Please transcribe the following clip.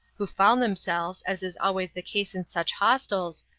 who found themselves, as is always the case in such hostels,